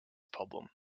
problem